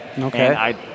Okay